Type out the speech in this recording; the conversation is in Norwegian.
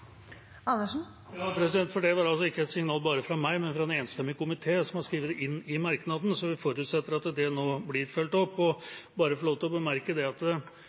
Det var ikke et signal bare fra meg, men fra en enstemmig komité, som har skrevet det inn i merknadene, så vi forutsetter at det nå blir fulgt opp. Jeg vil bare få lov til å bemerke at jeg også ga ros for at